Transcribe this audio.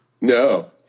No